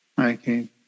Okay